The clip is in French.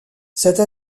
cette